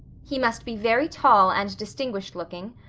he must be very tall and distinguished looking,